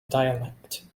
dialect